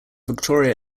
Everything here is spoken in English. victoria